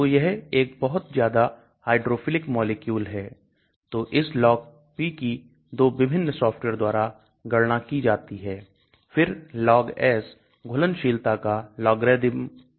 तो यह एक बहुत ज्यादा हाइड्रोफिलिक मॉलिक्यूल है तो इस LogP की 2 विभिन्न सॉफ्टवेयर द्वारा गणना की जाती है फिर LogS घुलनशीलता का logarithm है